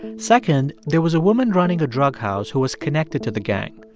second, there was a woman running a drug house who was connected to the gang.